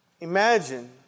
Imagine